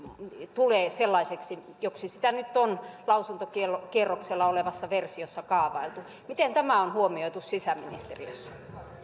tulee sellaiseksi joksi sitä nyt on lausuntokierroksella olevassa versiossa kaavailtu miten tämä on huomioitu sisäministeriössä